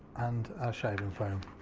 and our shaving foam.